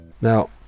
Now